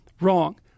wrong